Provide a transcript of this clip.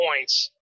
points